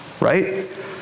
right